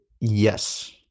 yes